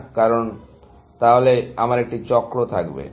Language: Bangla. কেন কারণ তাহলে আমার একটি চক্র থাকবে